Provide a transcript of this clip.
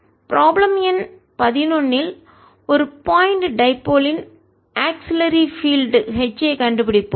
problem எண் 11 இல் ஒரு பாயிண்ட் டைபோல் யின் புள்ளி இரு முனையின் ஆக்ஸிலரி பீல்டு துணை புலம் H ஐக் கண்டுபிடிப்போம்